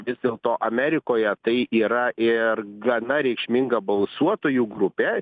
vis dėlto amerikoje tai yra ir gana reikšminga balsuotojų grupė